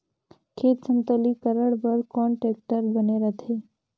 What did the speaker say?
खेत समतलीकरण बर कौन टेक्टर बने रथे?